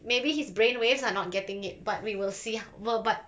maybe his brain waves are not getting it but we will see ho~ wer~ but